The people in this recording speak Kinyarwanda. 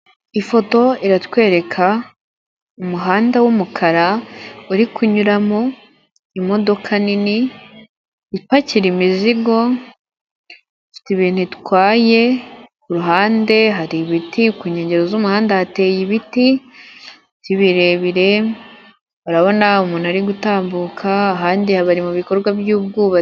Ifoto iratwereka umuhanda w'umukara uri kunyuramo imodoka nini ipakira imizigo ifite ibintu itwaye ku ruhande hari ibiti ku nkengero z'umuhanda hateye ibiti birebire urabona umuntu ari gutambuka ahandi haba mu bikorwa by'ubwubatsi.